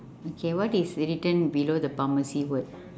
okay what is written below the pharmacy word